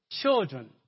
Children